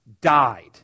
died